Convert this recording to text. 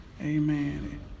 Amen